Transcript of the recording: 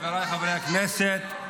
חבריי חברי הכנסת,